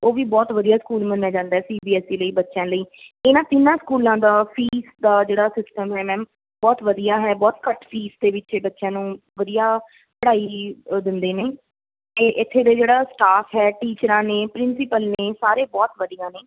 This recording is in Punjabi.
ਉਹ ਵੀ ਬਹੁਤ ਵਧੀਆ ਸਕੂਲ ਮੰਨਿਆ ਜਾਂਦਾ ਸੀ ਬੀ ਐਸ ਈ ਲਈ ਬੱਚਿਆਂ ਲਈ ਇਹਨਾਂ ਤਿੰਨਾਂ ਸਕੂਲਾਂ ਦਾ ਫੀਸ ਦਾ ਜਿਹੜਾ ਸਿਸਟਮ ਹੈ ਮੈਮ ਬਹੁਤ ਵਧੀਆ ਹੈ ਬਹੁਤ ਘੱਟ ਫੀਸ ਦੇ ਵਿੱਚ ਬੱਚਿਆਂ ਨੂੰ ਵਧੀਆ ਪੜ੍ਹਾਈ ਦਿੰਦੇ ਨੇ ਅਤੇ ਇੱਥੇ ਦਾ ਜਿਹੜਾ ਸਟਾਫ ਹੈ ਟੀਚਰਾਂ ਨੇ ਪ੍ਰਿੰਸੀਪਲ ਨੇ ਸਾਰੇ ਬਹੁਤ ਵਧੀਆ ਨੇ